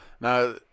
Now